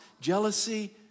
jealousy